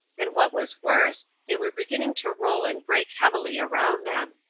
and what was worse, they were beginning to roll and break heavily around them.